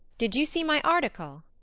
did you see my article?